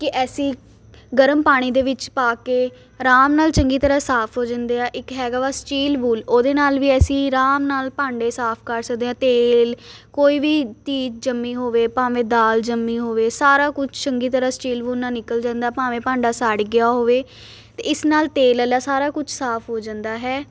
ਕਿ ਅਸੀਂ ਗਰਮ ਪਾਣੀ ਦੇ ਵਿੱਚ ਪਾ ਕੇ ਆਰਾਮ ਨਾਲ ਚੰਗੀ ਤਰ੍ਹਾਂ ਸਾਫ਼ ਹੋ ਜਾਂਦੇ ਆ ਇੱਕ ਹੈਗਾ ਵਾ ਸਟੀਲ ਵੂਲ ਉਹਦੇ ਨਾਲ ਵੀ ਅਸੀਂ ਆਰਾਮ ਨਾਲ ਭਾਂਡੇ ਸਾਫ਼ ਕਰ ਸਕਦੇ ਹਾਂ ਤੇਲ ਕੋਈ ਵੀ ਚੀਜ਼ ਜੰਮੀ ਹੋਵੇ ਭਾਵੇਂ ਦਾਲ ਜੰਮੀ ਹੋਵੇ ਸਾਰਾ ਕੁਛ ਚੰਗੀ ਤਰ੍ਹਾਂ ਸਟੀਲ ਵੂਲ ਨਾਲ ਨਿਕਲ ਜਾਂਦਾ ਭਾਵੇਂ ਭਾਂਡਾ ਸੜ ਗਿਆ ਹੋਵੇ ਅਤੇ ਇਸ ਨਾਲ ਤੇਲ ਵਾਲਾ ਸਾਰਾ ਕੁਛ ਸਾਫ਼ ਹੋ ਜਾਂਦਾ ਹੈ